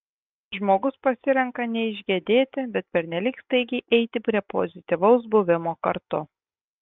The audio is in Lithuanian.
žmogus pasirenka neišgedėti bet pernelyg staigiai eiti prie pozityvaus buvimo kartu